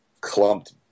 clumped